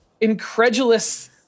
incredulous